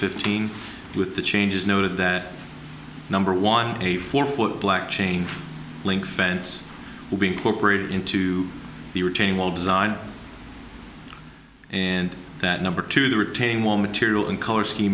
fifteen with the changes noted that number one a four foot black chain link fence will be incorporated into the retaining wall design and that number two to retain more material and color scheme